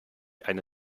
eine